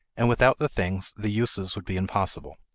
and without the things the uses would be impossible.